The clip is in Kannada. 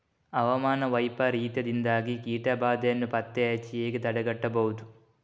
ಹವಾಮಾನ ವೈಪರೀತ್ಯದಿಂದಾಗಿ ಕೀಟ ಬಾಧೆಯನ್ನು ಪತ್ತೆ ಹಚ್ಚಿ ಹೇಗೆ ತಡೆಗಟ್ಟಬಹುದು?